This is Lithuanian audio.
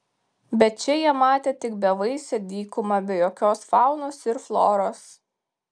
bet čia jie matė tik bevaisę dykumą be jokios faunos ir floros